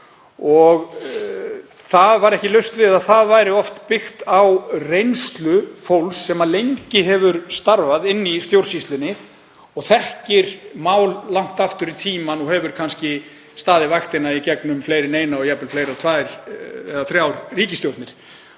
þetta og ekki laust við að það væri oft byggt á reynslu fólks sem lengi hefur starfað í stjórnsýslunni og þekkir mál langt aftur í tímann og hefur kannski staðið vaktina í gegnum fleiri en eina og jafnvel fleiri en tvær eða þrjár ríkisstjórnir.